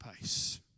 pace